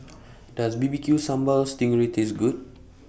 Does B B Q Sambal Sting Ray Taste Good